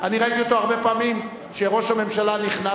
אני ראיתי אותו הרבה פעמים שכשראש הממשלה נכנס,